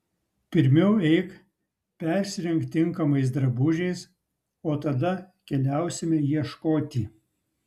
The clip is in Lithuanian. pirmiau eik persirenk tinkamais drabužiais o tada keliausime ieškoti